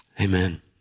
Amen